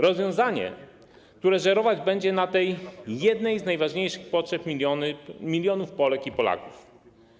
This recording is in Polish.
Rozwiązanie, które żerować będzie na tej jednej z najważniejszych potrzeb milionów Polek i Polaków.